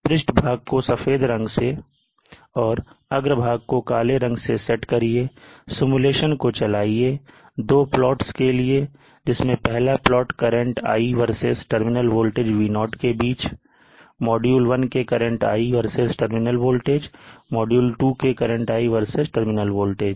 पृष्ठ भाग को सफेद रंग से और अग्रभाग को काले रंग से सेट करिए सिमुलेशन को चलाइए दो प्लॉट्स के लिए जिसमें पहला plot current versus terminal voltage V0 के बीच मॉड्यूल 1 के करंट वर्सेस टर्मिनल वोल्टेज और मॉड्यूल 2 एक करंट वर्सेस टर्मिनल वोल्टेज